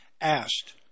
asked